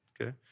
okay